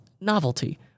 novelty